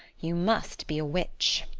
you must be a witch.